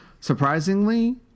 surprisingly